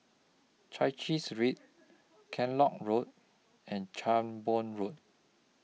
Chai Chee Street Kellock Road and Cranborne Road